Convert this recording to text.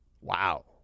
Wow